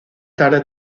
tarde